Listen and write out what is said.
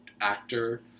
actor